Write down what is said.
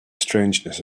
strangeness